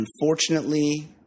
unfortunately